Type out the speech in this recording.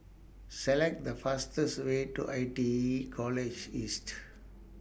Select The fastest Way to I T E College East